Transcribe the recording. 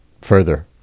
further